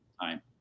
time